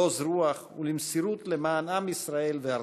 לעוז רוח ולמסירות למען עם ישראל וארצו.